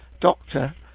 Doctor